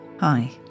Hi